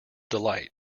delight